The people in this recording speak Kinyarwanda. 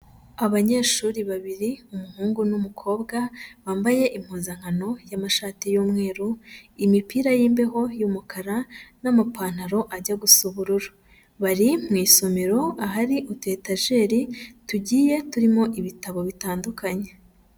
Abanyeshuri babiri umuhungu n'umukobwa bambaye impuzankano y'amashati y'umweru, imipira y'imbeho y'umukara n'amapantaro ajya guca ubururu, bari mu isomero ahari utuyetajeri tugiye turimo ibitabo bitandukanye.